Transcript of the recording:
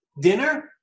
Dinner